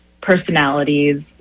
personalities